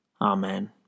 Amen